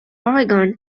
oregon